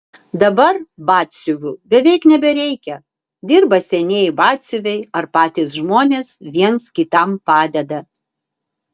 dabar batsiuvių beveik nebereikia dirba senieji batsiuviai ar patys žmonės viens kitam padeda